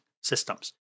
systems